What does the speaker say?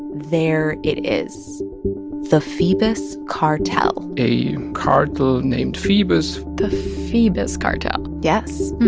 there it is the phoebus cartel a cartel named phoebus the phoebus cartel yes.